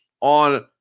on